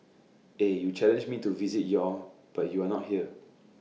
eh you challenged me to visit your but you are not here